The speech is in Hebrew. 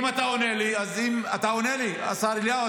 אתה עונה לי, השר אליהו?